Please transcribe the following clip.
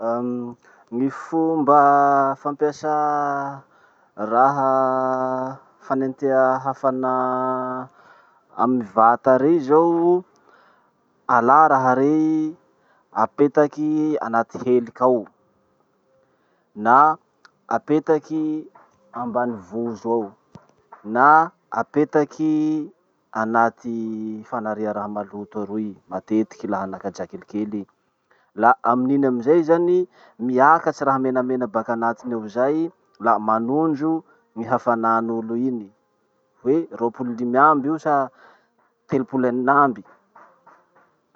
Ny fomba fampiasà raha fanentea hafanà amy vata rey zao. Alà raha rey, apetaky anaty heliky ao na apetaky ambany vozo ao na apetaky anaty fanaria raha maloto aroy, matetiky laha anakajà kelikely i. La amin'iny amizay zany, miakatry raha menamena baka anatiny ao zay la manondro ny hafanàn'olo iny hoe roapolo limy amby io sa telopolo enin'amby